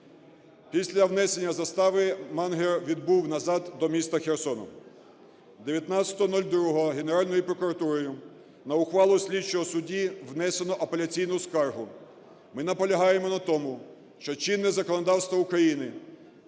Після внесення заставиМангер відбув назад до міста Херсона. 19.02 Генеральною прокуратурою на ухвалу слідчого судді внесено апеляційну скаргу. Ми наполягаємо на тому, що чинне законодавство України